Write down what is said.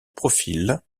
profil